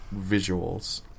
visuals